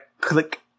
click